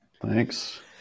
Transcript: Thanks